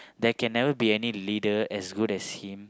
there can never be any leader as good as him